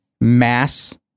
mass